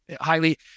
highly